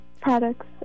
products